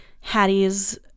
Hattie's